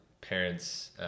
parents